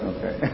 Okay